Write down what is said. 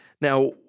Now